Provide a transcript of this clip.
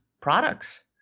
products